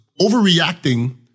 overreacting